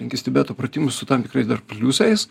penkis tibeto pratimus su tam tikrais dar pliusais